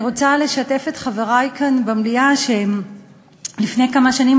אני רוצה לשתף את חברי כאן במליאה שלפני כמה שנים